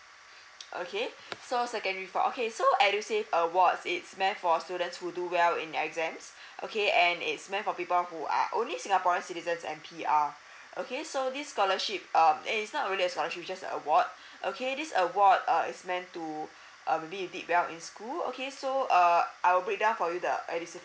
okay so secondary four okay so edusave awards it's meant for students who do well in their exams okay and it's meant for people who are only singaporean citizens and P_R okay so this scholarship um it's not really a scholarship it's just an award okay this award uh is meant to uh maybe you did well in school okay so uh I'll break down for you the edusave